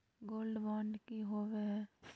Gold bond की होबो है?